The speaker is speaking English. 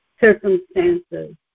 circumstances